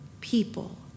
people